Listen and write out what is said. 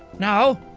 no.